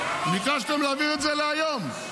ביקשתם להעביר את זה להיום.